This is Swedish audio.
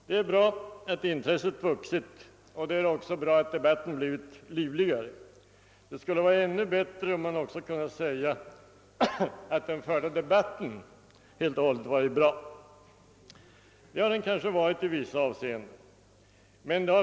Det är som sagt bra att intresset har vuxit och att debatten har blivit livligare, men det skulle ha varit ännu bättre om den debatt som förts hade varit annorlunda i en del avseenden.